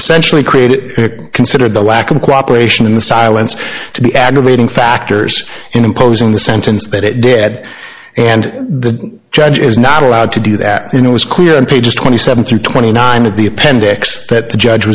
essentially created consider the lack of cooperation in the silence to be aggravating factors in imposing the sentence but it dead and the judge is not allowed to do that it was clear on page twenty seven through twenty nine of the appendix that the judge